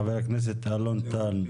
חבר הכנסת אלון טל,